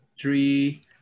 three